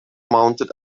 mounted